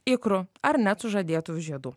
ikrų ar net sužadėtuvių žiedų